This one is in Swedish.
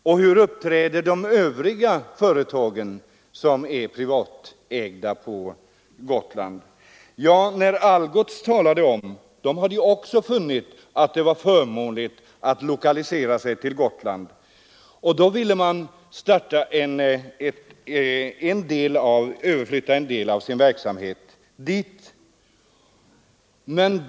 Och hur uppträder övriga privatägda företag på Gotland? Algots hade också funnit att det var förmånligt att lokalisera sig till Gotland och ville överflytta en del av sin verksamhet dit.